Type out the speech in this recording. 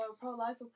pro-life